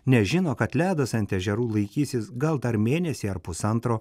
nes žino kad ledas ant ežerų laikysis gal dar mėnesį ar pusantro